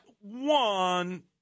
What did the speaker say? one